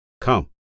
Come